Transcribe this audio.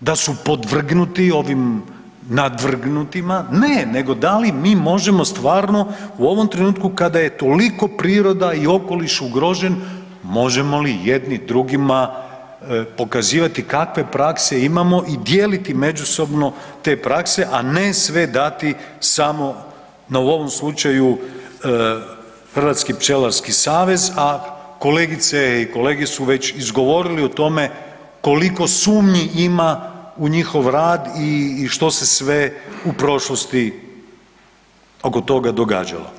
da su podvrgnuti ovim nadvrgnutima, ne, nego da li mi možemo stvarno u ovom trenutku kada je toliko priroda i okoliš ugrožen, možemo li jedni drugima pokazivati kakve prakse imamo i dijeliti međusobno te prakse, a ne sve dati samo, na, u ovom slučaju Hrvatski pčelarski savez, a kolegice i kolege su već izgovorile o tome koliko sumnji ima u njihov rad i što se sve u prošlosti oko toga događalo.